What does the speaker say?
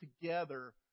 together